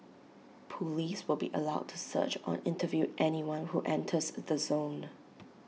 Police will be allowed to search or interview anyone who enters the zone